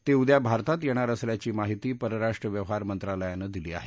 ते उद्या भारतात येणार असल्याची माहिती परराष्ट्र व्यवहार मंत्रालयानं दिली आहे